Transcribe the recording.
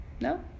no